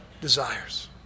desires